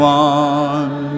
one